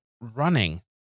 running